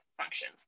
functions